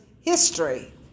history